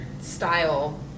style